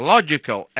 Logical